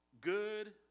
good